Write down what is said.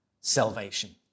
salvation